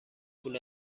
پول